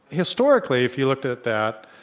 historically if you looked at that,